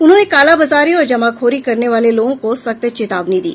उन्होंने कालाबाजारी और जमाखोरी करने वाले लोगों को सख्त चेतावनी दी